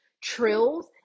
trills